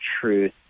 truth